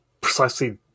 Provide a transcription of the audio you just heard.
precisely